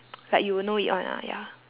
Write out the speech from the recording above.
like you will know it [one] lah ya